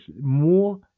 more